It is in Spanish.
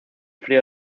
frío